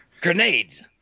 grenades